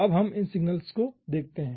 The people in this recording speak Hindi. अब हम इन सिग्नल को देखते हैं